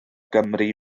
gymru